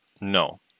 No